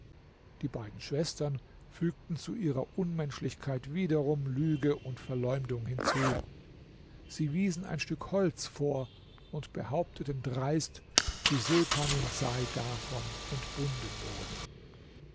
die beiden schwestern fügten zu ihrer unmenschlichkeit wiederum lüge und verleumdung hinzu sie wiesen ein stück holz vor und behaupteten dreist die sultanin sei davon entbunden worden